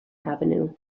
avenue